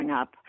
up